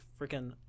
freaking